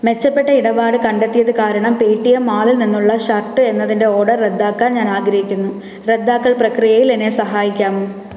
മെച്ചപ്പെട്ട ഇടപാട് കണ്ടെത്തിയത് കാരണം പേടിഎം മാളിൽ നിന്നുള്ള ഷർട്ട് എന്നതിന്റെ ഓർഡർ റദ്ദാക്കാൻ ഞാൻ ആഗ്രഹിക്കുന്നു റദ്ദാക്കൽ പ്രക്രിയയിൽ എന്നെ സഹായിക്കാമോ